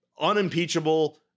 unimpeachable